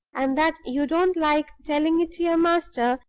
and that you don't like telling it to your master,